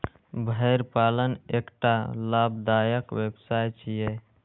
भेड़ पालन एकटा लाभदायक व्यवसाय छियै